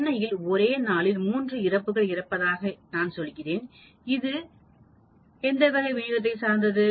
சென்னையில் ஒரே நாளில் மூன்று இறப்புகள் இருப்பதாக நான் சொல்கிறேன் இது இது எந்த வகை வினியோகத்தை சார்ந்தது